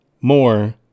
more